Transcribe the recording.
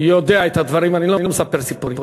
יודע את הדברים, אני לא מספר סיפורים.